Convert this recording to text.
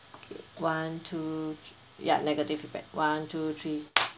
okay one two ya negative feedback one two three